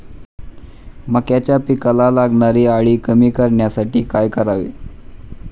मक्याच्या पिकाला लागणारी अळी कमी करण्यासाठी काय करावे?